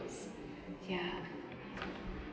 ya